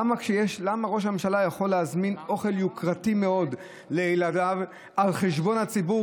למה ראש הממשלה יכול להזמין אוכל יוקרתי מאוד לילדיו על חשבון הציבור,